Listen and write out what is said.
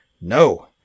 No